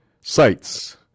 sites